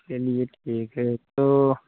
चलिए ठीक है तो